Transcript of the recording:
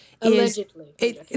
allegedly